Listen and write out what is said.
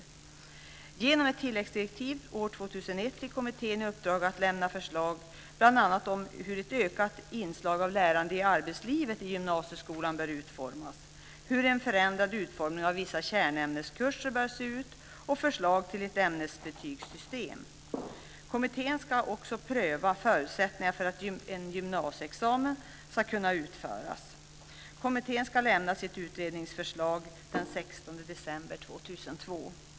Genom ett tilläggsdirektiv år 2001 fick kommittén i uppdrag att lämna förslag bl.a. om hur ett ökat inslag av lärande i arbetslivet i gymnasieskolan bör utformas, hur en förändrad utformning av vissa kärnämneskurser bör se ut och förslag till ett ämnesbetygssystem. Kommittén ska också pröva förutsättningarna för att en gymnasieexamen ska kunna införas. Kommittén ska lämna sitt utredningsförslag den 16 december 2002.